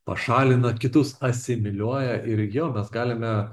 pašalina kitus asimiliuoja ir jo mes galime